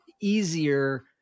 easier